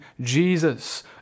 Jesus